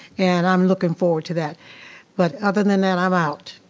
and i'm looking forward to that but other than that i'm out.